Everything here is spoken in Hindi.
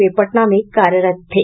वे पटना में कार्यरत थे